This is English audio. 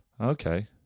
Okay